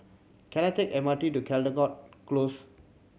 can I take M R T to Caldecott Close